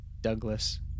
Douglas